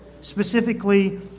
specifically